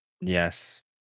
Yes